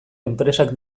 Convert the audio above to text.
enpresak